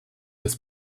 des